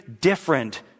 different